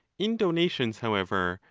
in donations, however,